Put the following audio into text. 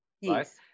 Yes